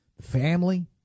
family